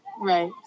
Right